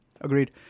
Agreed